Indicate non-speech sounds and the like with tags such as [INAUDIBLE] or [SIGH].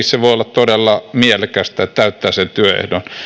[UNINTELLIGIBLE] se voi olla todella mielekästä että täyttää sen työehdon